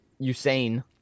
Usain